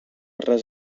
res